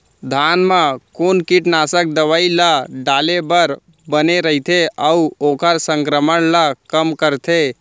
धान म कोन कीटनाशक दवई ल डाले बर बने रइथे, अऊ ओखर संक्रमण ल कम करथें?